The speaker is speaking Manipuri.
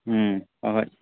ꯎꯝ ꯍꯣꯏ ꯍꯣꯏ